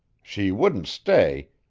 she wouldn't stay,